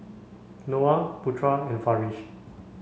Noah Putra and Farish